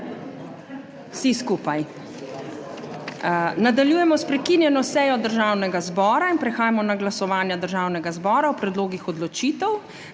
vsi skupaj. Nadaljujemo s prekinjeno sejo Državnega zbora in prehajamo na glasovanje Državnega zbora o predlogih odločitev.